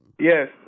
Yes